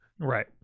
right